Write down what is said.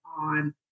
on